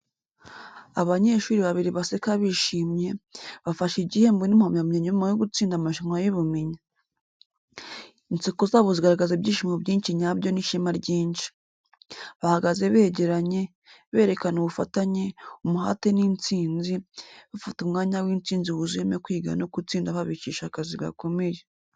Abanyeshuri babiri baseka bishimye, bafashe igihembo n’impamyabumenyi nyuma yo gutsinda amarushanwa y’ubumenyi. Inseko zabo zigaragaza ibyishimo byinshi nyabyo n’ishema ryinshi. Bahagaze begeranye, berekana ubufatanye, umuhate n’intsinzi, bafata umwanya w’intsinzi wuzuyemo kwiga no gutsinda babikesha akazi gakomeye.